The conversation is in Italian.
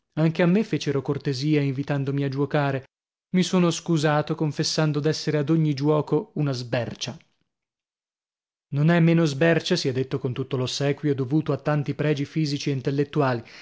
anche a me fecero cortesia invitandomi a giuocare mi sono scusato confessando d'essere ad ogni giuoco una sbercia non è meno sbercia sia detto con tutto l'ossequio dovuto a tanti pregi fisici e intellettuali